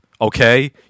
okay